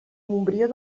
montbrió